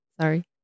Sorry